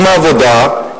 עם העבודה,